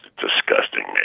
disgusting